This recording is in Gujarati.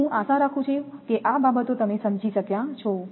હું આશા રાખું છું કે આ બાબતો તમે સમજી શક્યા છો